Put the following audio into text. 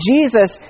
Jesus